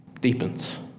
deepens